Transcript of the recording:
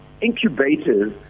incubators